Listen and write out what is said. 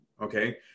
Okay